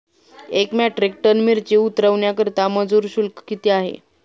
एक metric ton मिरची उतरवण्याकरता मजूर शुल्क किती आहे?